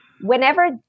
Whenever